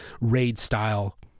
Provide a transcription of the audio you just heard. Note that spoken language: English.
Raid-style